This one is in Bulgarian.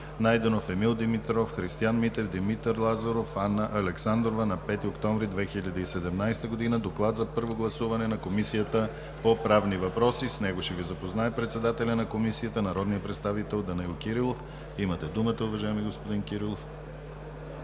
Найденов, Емил Димитров, Христиан Митев, Димитър Лазаров и Анна Александрова на 5 октомври 2017 Г. С Доклада за първо гласуване на Комисията по правни въпроси ще ни запознае народния представител Данаил Кирилов. Имате думата, уважаеми господин Кирилов.